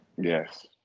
Yes